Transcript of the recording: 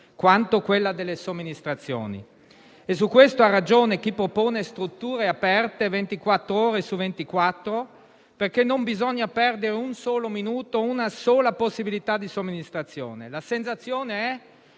anche quella delle somministrazioni. Su questo ha ragione chi popone strutture aperte ventiquattro ore su ventiquattro, perché non bisogna perdere un solo minuto e una sola possibilità di somministrazione. La sensazione è